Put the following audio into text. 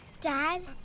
Dad